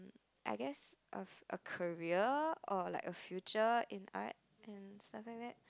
I guess a a career or like a future in art and stuff like that